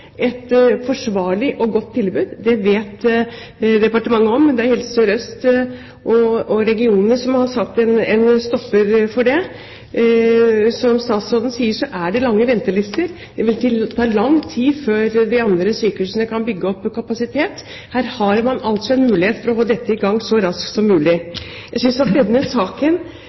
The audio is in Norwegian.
et forsvarlig og godt tilbud. Det vet departementet om, men det er Helse Sør-Øst og regionene som har satt en stopper for det. Som statsråden sier, er det lange ventelister. Det vil ta lang tid før de andre sykehusene kan bygge opp kapasitet. Her har man altså en mulighet for å få dette i gang så raskt som mulig. Jeg synes denne saken så langt er